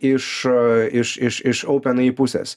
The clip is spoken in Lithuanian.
iš iš iš iš open ai pusės